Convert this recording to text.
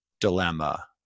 dilemma